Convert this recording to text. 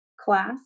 class